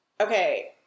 okay